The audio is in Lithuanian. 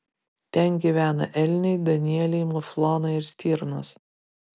ten gyvena elniai danieliai muflonai ir stirnos